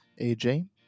AJ